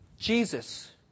Jesus